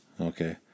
Okay